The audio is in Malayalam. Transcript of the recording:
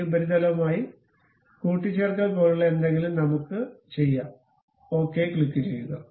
ഈ ഉപരിതലവുമായി കൂട്ടിച്ചേർക്കൽ പോലുള്ള എന്തെങ്കിലും നമുക്ക് ചെയ്യാംഓക്കേ ക്ലിക്കുചെയ്യുക